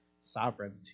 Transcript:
sovereignty